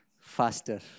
faster